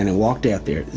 and walked out there,